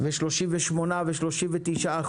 38% ו-39%,